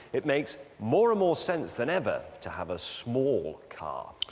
it makes more and more sense than ever to have a small car.